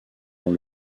dans